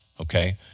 Okay